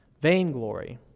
Vainglory